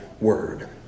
word